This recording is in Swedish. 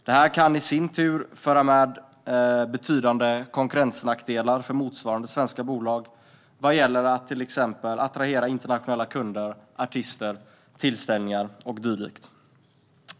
Det kan i sin tur medföra betydande konkurrensnackdelar för motsvarande svenska bolag vad gäller att till exempel attrahera internationella kunder, artister, tillställningar och dylikt.